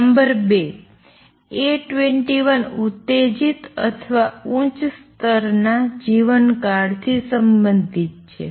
number બે A21 ઉત્તેજિત અથવા ઉચ્ચ સ્તરના જીવનકાળથી સંબંધિત છે